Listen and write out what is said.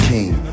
King